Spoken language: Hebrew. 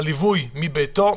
על הליווי מביתו,